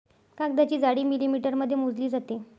कागदाची जाडी मिलिमीटरमध्ये मोजली जाते